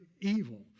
evil